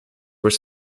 were